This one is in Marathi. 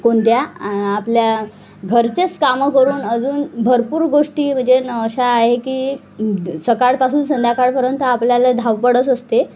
कोणत्या आपल्या घरचेच कामं करून अजून भरपूर गोष्टी म्हणजे ना अशा आहे की सकाळपासून संध्याकाळपर्यंत आपल्याला धावपळच असते